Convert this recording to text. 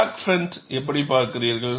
crack front எப்படி பார்க்கிறீர்கள்